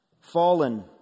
Fallen